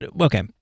okay